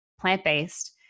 plant-based